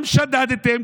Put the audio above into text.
גם שדדתם,